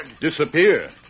Disappear